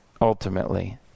ultimately